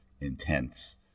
intense